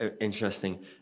Interesting